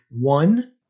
one